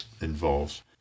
involves